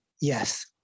Yes